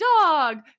dog